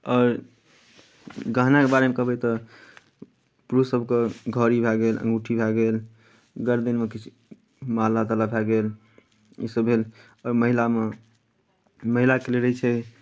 आओर गहनाके बारेमे कहबै तऽ पुरुष सभके घड़ी भए गेल अङ्गूठी भए गेल गरदनिमे किछु माला ताला भए गेल इसभ भेल आ महिलामे महिलाके लेल रहैत छै